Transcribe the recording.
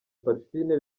parfine